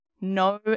No